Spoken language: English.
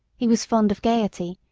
he was fond of gaiety,